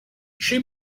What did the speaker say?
she